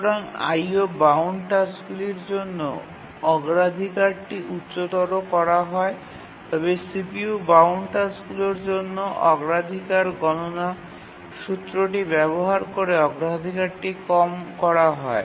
সুতরাং IO bound টাস্কগুলির জন্য অগ্রাধিকারটি উচ্চতর করা হয় তবে CPU বাউন্ড টাস্কগুলির জন্য অগ্রাধিকার গণনা সূত্রটি ব্যবহার করে অগ্রাধিকারটি কম করা হয়